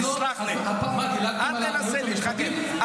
תסלח לי, אל תנסה להתחכם.